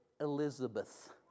Elizabeth